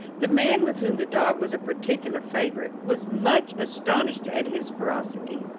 the man, with whom the dog was a particular favourite, was much astonished at his ferocity.